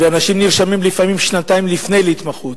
ואנשים נרשמים לפעמים שנתיים לפני להתמחות,